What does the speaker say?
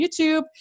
YouTube